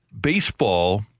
baseball